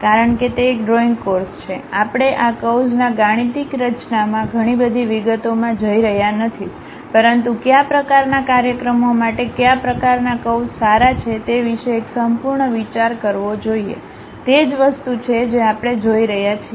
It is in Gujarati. કારણ કે તે એક ડ્રોઇંગ કોર્સ છે આપણે આકર્વ્સના ગાણિતિક રચનામાં ઘણી બધી વિગતો માં જઈ રહ્યા નથી પરંતુ કયા પ્રકારનાં કાર્યક્રમો માટે કયા પ્રકારનાં કર્વ્સ સારા છે તે વિશે એક સંપૂર્ણ વિચાર કરવો જોઈએ તે જ વસ્તુ છે જે આપણે જોઈ રહ્યા છીએ